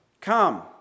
Come